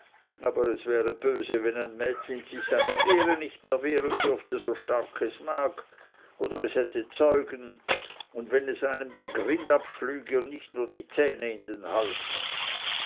aber es wäre böse wenn ein mädchen sich seiner ehre nicht mehr wehren dürfte so stark es mag oder es hätte zeugen und wenn es einem den grind ab schlüge und nicht nur zähne in den hals